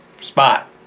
spot